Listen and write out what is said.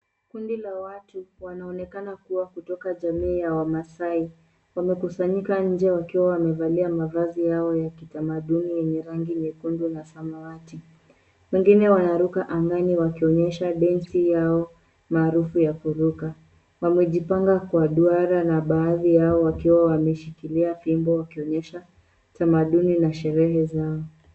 Kundi la watu wanaonekana kuwa kutoka jamii ya wamaasai. Wamekusanyika nje wakiwa wamevalia mavazi yao ya kitamaduni yenye rangi nyekundu na samawati. Wengine wanaruka angani wakionyesha densi yao maarufu ya kuruka. Wamejipanga kwa duara na baadhi yao wakiwa wameshikilia fimbo wakionyesha utamaduni na sherehe zao.